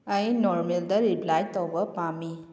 ꯑꯩ ꯅꯣꯔꯃꯦꯜꯗ ꯔꯤꯄ꯭ꯂꯥꯏꯠ ꯇꯧꯕ ꯄꯥꯝꯏ